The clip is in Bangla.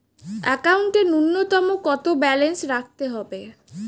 একাউন্টে নূন্যতম কত ব্যালেন্স রাখতে হবে?